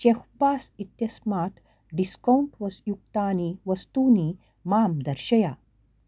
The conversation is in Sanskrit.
चेफ्पास् इत्यस्मात् डिस्कौण्ट् वस् युक्तानि वस्तूनि मां दर्शय